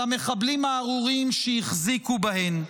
על המחבלים הארורים שהחזיקו בהן.